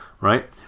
Right